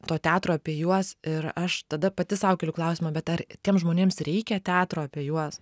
to teatro apie juos ir aš tada pati sau keliu klausimą bet ar tiems žmonėms reikia teatro apie juos